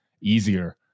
easier